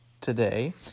today